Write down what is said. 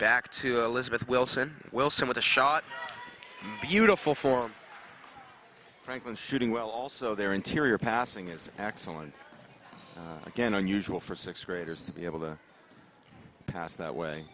back to elizabeth wilson wilson with a shot beautiful form franklin shooting well also there interior passing is excellent again unusual for sixth graders to be able to pass that way